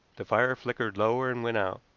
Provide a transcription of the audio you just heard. the fire flickered lower and went out.